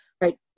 right